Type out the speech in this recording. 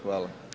Hvala.